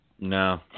No